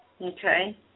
Okay